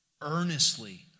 earnestly